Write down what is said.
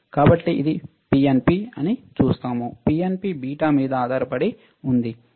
కాబట్టి ఇది ఎన్పిఎన్ అని చూస్తాము పిఎన్పి బీటా మీద ఆధారపడి ఉంది